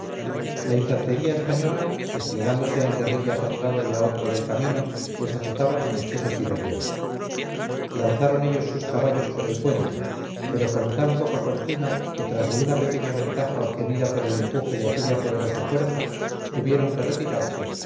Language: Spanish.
la infantería española desplegándose en guerrillas a un lado y a otro del camino les azotaba con espeso tiroteo lanzaron ellos sus caballos por el puente pero con tan poca fortuna que tras de una pequeña ventaja obtenida por el empuje de aquella poderosa fuerza tuvieron que retirarse